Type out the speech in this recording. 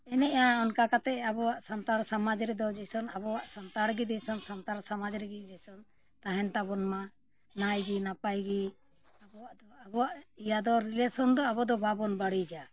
ᱮᱱᱮᱡᱼᱟ ᱚᱱᱠᱟ ᱠᱟᱛᱮᱫ ᱟᱵᱚᱣᱟᱜ ᱥᱟᱱᱛᱟᱲ ᱥᱚᱢᱟᱡᱽ ᱨᱮᱫᱚ ᱡᱮᱢᱚᱱ ᱟᱵᱚᱣᱟᱜ ᱥᱟᱱᱛᱟᱲ ᱜᱮ ᱡᱮᱢᱚᱱ ᱥᱟᱱᱛᱟᱲ ᱥᱚᱢᱟᱡᱽ ᱨᱮᱜᱮ ᱡᱮᱢᱚᱱ ᱛᱟᱦᱮᱱ ᱛᱟᱵᱚᱱ ᱢᱟ ᱱᱟᱭᱜᱮ ᱱᱟᱯᱟᱭ ᱜᱮ ᱟᱵᱚᱣᱟᱜ ᱫᱚ ᱟᱵᱚᱣᱟᱜ ᱤᱭᱟᱹ ᱫᱚ ᱫᱚ ᱟᱵᱚ ᱫᱚ ᱵᱟᱵᱚᱱ ᱵᱟᱹᱲᱤᱡᱟ